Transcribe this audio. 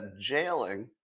jailing